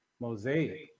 Mosaic